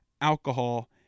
alcohol